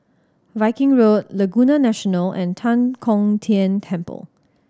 Viking Road Laguna National and Tan Kong Tian Temple